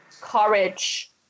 courage